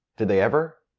did they ever?